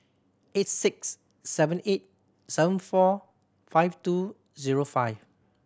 eight six seven eight seven four five two zero five